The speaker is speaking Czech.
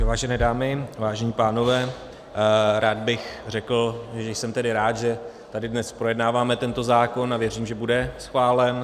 Vážené dámy, vážení pánové, rád bych řekl, že jsem rád, že tady dnes projednáváme tento zákon, a věřím, že bude schválen.